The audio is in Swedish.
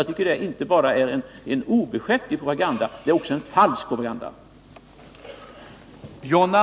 Det är inte bara en ovederhäftig propaganda, utan det är också en falsk propaganda.